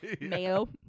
mayo